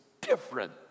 different